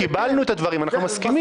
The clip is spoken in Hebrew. קיבלנו את הדברים, אנחנו מסכימים.